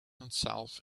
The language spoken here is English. himself